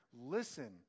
listen